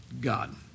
God